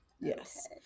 Yes